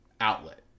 outlet